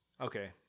Okay